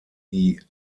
die